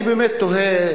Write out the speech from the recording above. אני באמת תוהה,